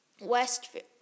Westfield